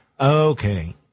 Okay